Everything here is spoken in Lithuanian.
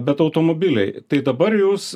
bet automobiliai tai dabar jūs